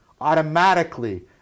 automatically